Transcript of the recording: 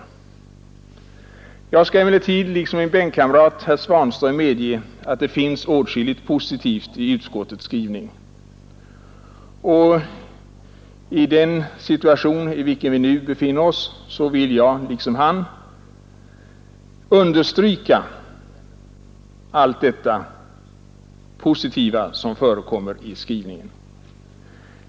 Jag skall emellertid liksom min bänkkamrat, herr Svanström, medge att det finns åtskilligt positivt i utskottets betänkande. I den situation, i vilken vi motionärer nu befinner oss, vill jag liksom han understryka allt det positiva som utskottet uttalar i detta betänkande.